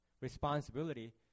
responsibility